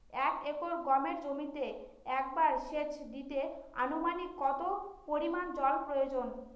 এক একর গমের জমিতে একবার শেচ দিতে অনুমানিক কত পরিমান জল প্রয়োজন?